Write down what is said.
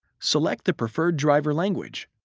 select the preferred driver language,